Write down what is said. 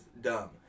dumb